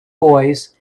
boys